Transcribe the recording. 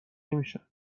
نمیشن